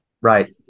right